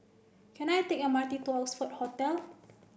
can I take M R T to Oxford Hotel